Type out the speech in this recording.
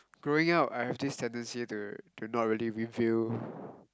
growing up I have this tendency to to not really reveal